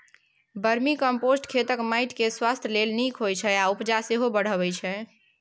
vermicompost खेतक माटि केर स्वास्थ्य लेल नीक होइ छै आ उपजा सेहो बढ़य छै